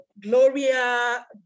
Gloria